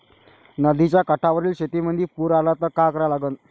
नदीच्या काठावरील शेतीमंदी पूर आला त का करा लागन?